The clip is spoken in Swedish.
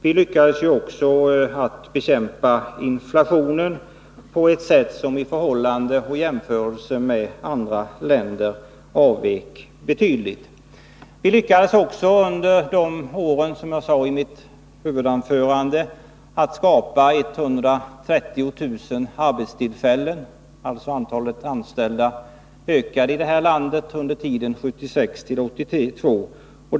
Vi lyckades också bekämpa inflationen på ett sätt som i förhållande till andra länder avvek betydligt. Vi lyckades även under de åren — som jag sade i mitt huvudanförande — öka antalet arbetstillfällen med 130 000.